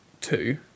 two